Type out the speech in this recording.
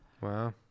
Wow